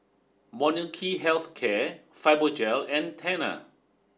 Molnylcke Health Care Fibogel and Tena